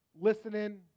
listening